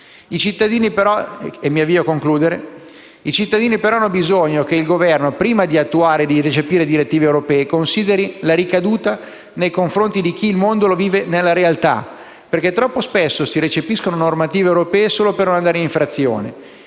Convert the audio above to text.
a concludere - hanno bisogno che il Governo, prima di attuare e di recepire le direttive europee, consideri la loro ricaduta nei confronti di chi il mondo lo vive nella realtà, perché troppo spesso si recepiscono le direttive europee solo per non andare in infrazione,